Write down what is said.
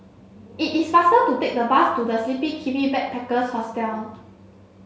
it is faster to take the bus to The Sleepy Kiwi Backpackers Hostel